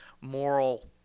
moral